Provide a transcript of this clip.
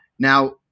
Now